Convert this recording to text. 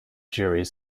juries